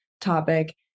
topic